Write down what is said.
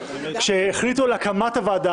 כשהחליטו על הקמת הוועדה